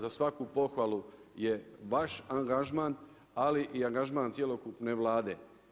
Za svaku pohvalu je vaš angažman, ali i angažman cjelokupne Vlade.